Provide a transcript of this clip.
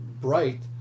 bright